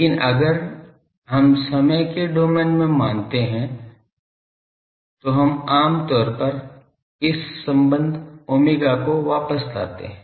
लेकिन अगर हम समय के डोमेन में मानते हैं तो हम आम तौर पर इस संबंध ओमेगा को वापस लाते हैं